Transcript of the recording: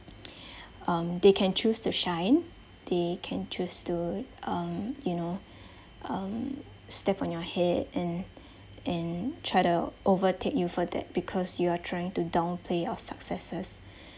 um they can choose to shine they can choose to um you know um step on your head and and try to overtake you for that because you are trying to downplay your successes